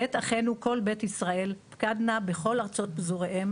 בית אחינו כל בית ישראל פקד נא בכל ארצות פזוריהם